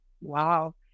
wow